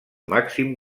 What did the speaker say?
màxim